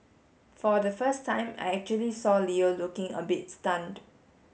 for the first time I actually saw Leo looking a bit stunned